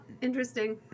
interesting